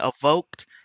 evoked